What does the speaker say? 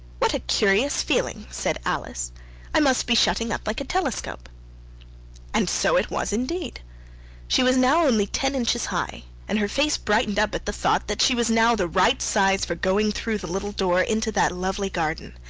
what a curious feeling said alice i must be shutting up like a telescope and so it was indeed she was now only ten inches high, and her face brightened up at the thought that she was now the right size for going through the little door into that lovely garden.